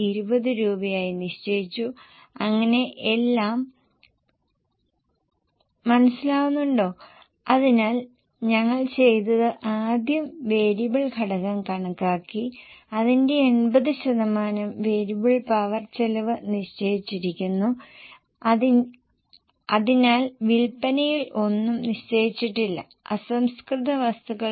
ഓരോ ഘടകത്തിനും സമാനമായ രീതിയിൽ കണക്കാക്കുക നിങ്ങൾക്ക് ഈ ഷീറ്റിലേക്ക് പോകാം RM നുള്ള വേരിയബിളിറ്റിയുടെ ഈ ശതമാനം 90 ശതമാനവും പവർ 80 ശതമാനവും എംപ്ലോയീ 70 ഉം അതുപോലെ തന്നെ മറ്റു ചിലവുകളും